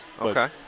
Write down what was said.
Okay